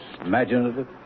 Imaginative